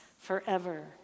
forever